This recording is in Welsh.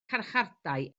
carchardai